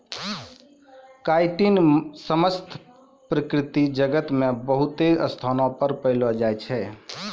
chitin समस्त प्रकृति जगत मे बहुते स्थानो पर पैलो जाय छै